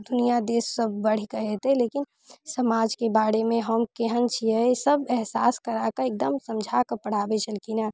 दुनिआँ देश सब बढ़िके हेतै लेकिन समाजके बारेमे हम केहन छियै सब एहसास कराके एकदम समझाके पढ़ाबै छलखिन हँ